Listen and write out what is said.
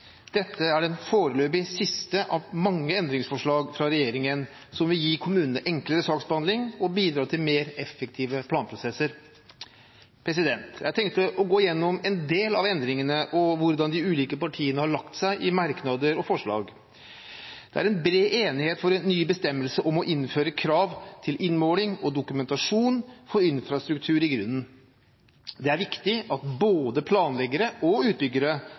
Dette er den foreløpig siste av mange endringsforslag fra regjeringen som vil gi kommunene enklere saksbehandling og bidra til mer effektive planprosesser. Jeg tenkte å gå igjennom en del av endringene og hvordan de ulike partiene har lagt seg i merknader og forslag. Det er bred enighet om en ny bestemmelse om å innføre krav til innmåling og dokumentasjon på infrastruktur i grunnen. Det er viktig at både planleggere og utbyggere